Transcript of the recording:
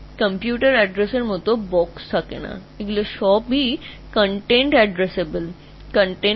তারা কম্পিউটার ঠিকানার মতো কোনও ধরণ নয় এগুলির সমস্ত বিষয়বস্তুই ঠিকানার মতো